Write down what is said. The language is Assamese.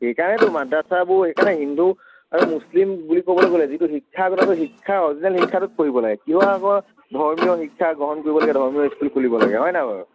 সেইকাৰণেটো মাদ্ৰাছাবোৰ সেইকাৰণে হিন্দু আৰু মুছলিম বুলি ক'বলৈ গ'লে যিটো শিক্ষাগতাটো শিক্ষা অৰিজিনেল শিক্ষাটো পঢ়িব লাগে কিহৰ আকৌ ধৰ্মীয় শিক্ষা গ্ৰহণ কৰিব লাগে ধৰ্মীয় স্কুল খুলিব লাগে হয় নাই বাৰু